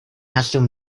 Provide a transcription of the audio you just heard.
assume